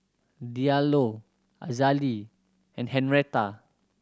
Diallo Azalee and Henretta